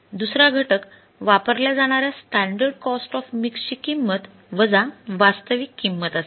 दुसरा घटक वापरल्या जाणाऱ्या स्टॅंडर्ड कॉस्ट ऑफ मिक्स ची किंमत वजा वास्तविक किंमत असेल